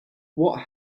what